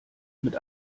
mit